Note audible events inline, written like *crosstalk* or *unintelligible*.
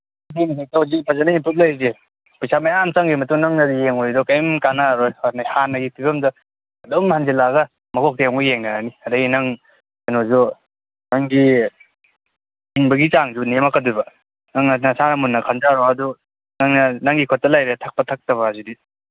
*unintelligible* ꯐꯖꯅ ꯏꯝꯄ꯭ꯔꯨꯞ ꯂꯩꯔꯤꯁꯦ ꯄꯩꯁꯥ ꯃꯌꯥꯝ ꯆꯪꯒꯩ ꯃꯗꯨ ꯅꯪꯅ ꯌꯦꯡꯉꯨꯔꯤꯗꯣ ꯀꯩꯝ ꯀꯥꯅꯔꯔꯣꯏ ꯍꯥꯟꯅꯒꯤ ꯐꯤꯕꯝꯗ ꯑꯗꯨꯝ ꯍꯟꯖꯤꯜꯂꯒ ꯃꯀꯣꯛꯇꯒꯤ ꯑꯝꯨꯛ ꯌꯦꯡꯅꯔꯅꯤ ꯑꯗꯒ ꯅꯪ ꯀꯩꯅꯣꯁꯨ ꯅꯪꯒꯤ ꯍꯤꯡꯕꯒꯤ ꯆꯥꯡꯁꯨ ꯅꯦꯝꯃꯛꯀꯗꯣꯏꯕ ꯅꯪ ꯅꯁꯥꯅ ꯃꯨꯟꯅ ꯈꯟꯖꯔꯣ ꯑꯗꯨ ꯅꯪꯅ ꯅꯪꯒꯤ ꯈꯨꯠꯇ ꯂꯩꯔꯦ ꯊꯛꯄ ꯊꯛꯇꯕ ꯍꯥꯏꯁꯤꯗꯤ